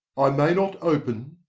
i may not open,